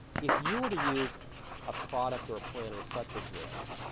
if you were to use a product or a planner such as this,